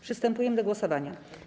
Przystępujemy do głosowania.